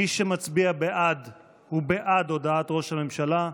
מי שמצביע בעד הוא בעד הודעת ראש הממשלה.